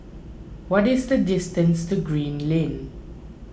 what is the distance to Green Lane